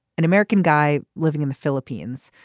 an american guy living in the philippines.